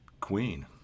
queen